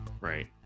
Right